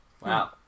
wow